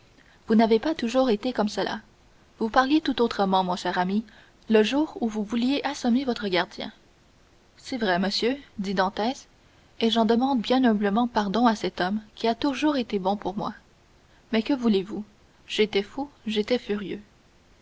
vous n'avez pas toujours été comme cela vous parliez tout autrement mon cher ami le jour où vous vouliez assommer votre gardien c'est vrai monsieur dit dantès et j'en demande bien humblement pardon à cet homme qui a toujours été bon pour moi mais que voulez-vous j'étais fou j'étais furieux